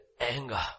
anger